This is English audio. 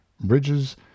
bridges